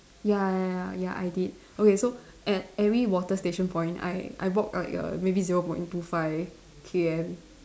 ya ya ya I did okay so at every water station point I I walked like a maybe zero point two five K_M